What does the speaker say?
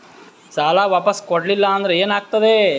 ಸಾಲ ವಾಪಸ್ ಕೊಡಲಿಲ್ಲ ಅಂದ್ರ ಏನ ಆಗ್ತದೆ?